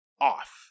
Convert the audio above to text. Off